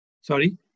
Sorry